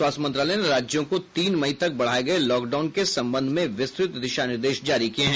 स्वास्थ्य मंत्रालय ने राज्यों को तीन मई तक बढ़ाए गए लॉकडाउन के संबंध में विस्तृत दिशा निर्देश जारी किए हैं